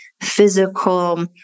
physical